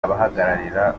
abahagararira